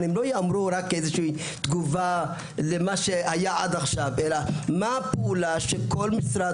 לא ייאמרו רק כתגובה למה שהיה עד עכשיו אלא מה הפעולה שכל משרד